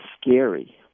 scary